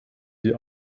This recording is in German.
die